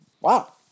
wow